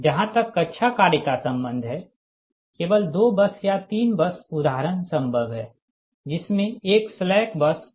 जहाँ तक कक्षा कार्य का संबंध है केवल दो बस या तीन बस उदाहरण संभव है जिसमे एक स्लैक बस है